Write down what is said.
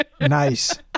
Nice